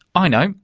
i know,